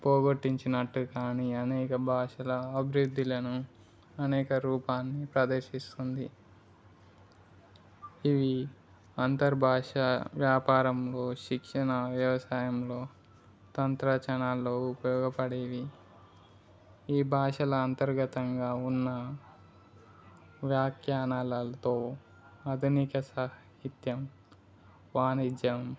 పోగొట్టించినట్టు కానీ అనేక భాషల అభివృద్ధిలను అనేక రూపాన్ని ప్రదర్శిస్తుంది ఇవి అంతర్భాష వ్యాపారంలో శిక్షణ వ్యవసాయంలో తంత్ర చనాల్లో ఉపయోగపడేవి ఈ భాషల అంతర్గతంగా ఉన్న వాఖ్యానాలతో అధునిక సాహిత్యం వాణిజ్యం